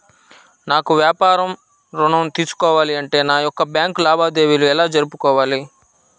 నాకు వ్యాపారం ఋణం తీసుకోవాలి అంటే నా యొక్క బ్యాంకు లావాదేవీలు ఎలా జరుపుకోవాలి?